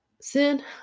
sin